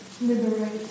liberate